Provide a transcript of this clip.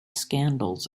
scandals